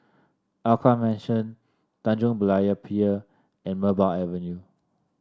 Alkaff Mansion Tanjong Berlayer Pier and Merbau Avenue